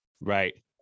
Right